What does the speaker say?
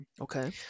Okay